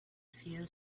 few